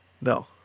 No